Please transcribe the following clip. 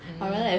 mm